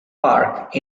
park